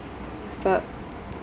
but